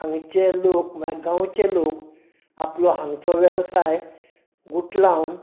हांगचे लोक म्हळ्या गांवचे लोक आपलो हांगचो वेवसाय गुटलावन